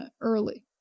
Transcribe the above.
early